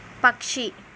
పక్షి